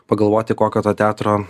pagalvoti kokio to teatro